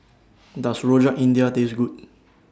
Does Rojak India Taste Good